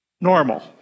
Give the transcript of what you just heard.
normal